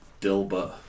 Dilbert